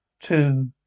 Two